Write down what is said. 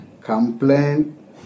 complain